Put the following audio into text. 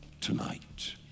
tonight